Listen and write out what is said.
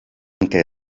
què